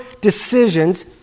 decisions